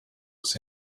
was